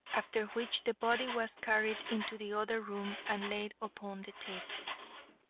after which the body was carried into the other room and laid upon the table.